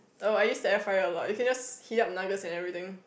oh I used to air fry a lot you can just heat up nuggets and everything